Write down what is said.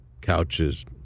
couches